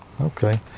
Okay